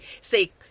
say